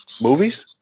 Movies